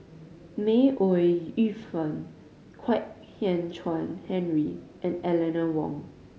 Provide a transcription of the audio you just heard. May Ooi Yu Fen Kwek Hian Chuan Henry and Eleanor Wong